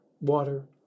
water